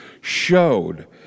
showed